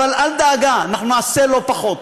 אבל אל דאגה, נעשה לא פחות.